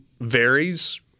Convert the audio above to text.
varies